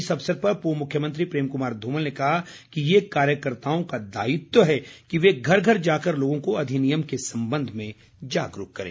इस अवसर पर पूर्व मुख्यमंत्री प्रेम कुमार ध्रमल ने कहा कि ये कार्यकर्ताओं का दायित्व है कि वे घर घर जाकर लोगों को अधिनियम के संबंध में जागरूक करें